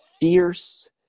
fierce